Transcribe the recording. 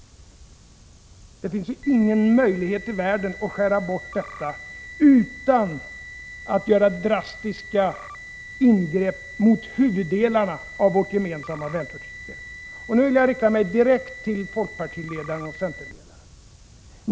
Det finns ingen som helst möjlighet att skära bort detta utan att göra drastiska ingrepp mot huvuddelarna av vårt gemensamma välfärdssystem. Och nu vill jag rikta mig direkt till folkpartiledaren och centerledaren.